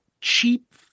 cheap